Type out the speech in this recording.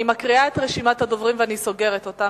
אני מקריאה את רשימת הדוברים וסוגרת אותה,